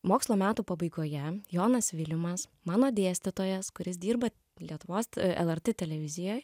mokslo metų pabaigoje jonas vilimas mano dėstytojas kuris dirba lietuvos lrt televizijoj